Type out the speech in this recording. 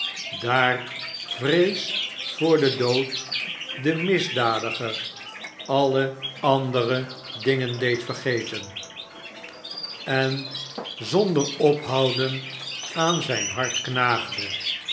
daar vrees voor den dood den misdadiger alle andere dingen deed vergeteri barnaby rudge gemoedstoestand der veroordeelden pn zonder ophouden aan zijn hart knaagde